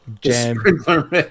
Jam